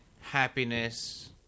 happiness